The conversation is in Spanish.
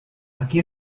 aquí